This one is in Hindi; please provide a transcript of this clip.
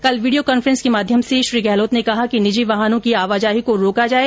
कल वीडियो कांफ्रेंस के माध्यम से श्री गहलोत ने कहा कि निजी वाहनों की आवाजाही को रोका जाए